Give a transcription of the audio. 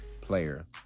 Player